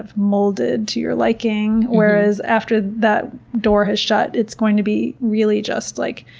ah molded to your liking. whereas after that door has shut, it's going to be really just like,